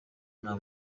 nta